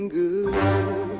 good